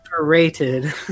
Rated